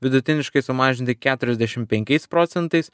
vidutiniškai sumažinti keturiasdešimt penkiais procentais